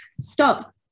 stop